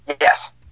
Yes